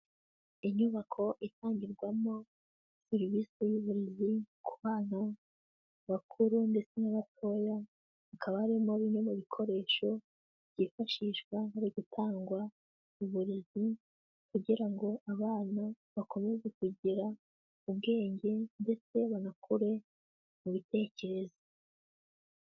Inyubako itangirwamo serivisi y'uburezi ku bana bakuru ndetse n'abatoya, hakaba harimo bimwe mu bikoresho byifashishwa hari gutangwa uburezi kugira ngo abana bakomeze kugira ubwenge ndetse banakure mu bitekerezo.